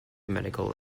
medical